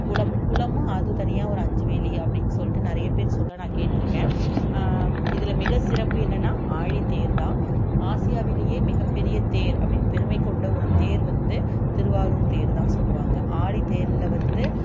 குளம் குளமும் அது தனியாக ஒரு அஞ்சு வேலி அப்படின்னு சொல்லிட்டு நிறைய பேர் சொல்ல நான் கேட் இருக்கேன் இதில் மிகச்சிறப்பு என்னன்னா ஆழித்தேர் தான் ஆசியாவிலேயே மிகப்பெரிய தேர் அப்படின்னு பெருமைக்கொண்ட ஒரு தேர் வந்து திருவாரூர் தேர் தான் சொல்லுவாங்க ஆழித்தேரில் வந்து